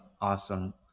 Awesome